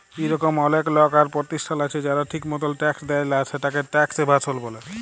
ইরকম অলেক লক আর পরতিষ্ঠাল আছে যারা ঠিক মতল ট্যাক্স দেয় লা, সেটকে ট্যাক্স এভাসল ব্যলে